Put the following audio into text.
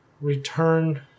return